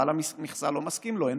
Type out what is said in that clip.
בעל המכסה לא מסכים,